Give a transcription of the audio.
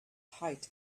height